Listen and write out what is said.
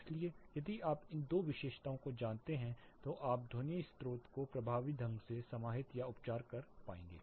इसलिए यदि आप इन दो विशेषताओं को जानते हैं तो आप ध्वनि स्रोत को प्रभावी ढंग से समाहित या उपचार कर पाएंगे